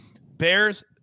Bears